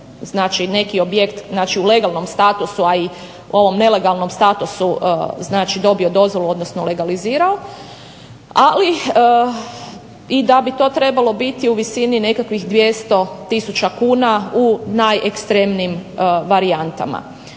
znači neki objekt znači u legalnom statusu a i ovom nelegalnom statusu znači dobio dozvolu, odnosno legalizirao. Ali i da bi to trebalo biti u visini nekakvih 200000 kuna u najekstremnijim varijantama.